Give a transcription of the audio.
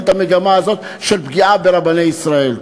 את המגמה הזאת של פגיעה ברבני ישראל.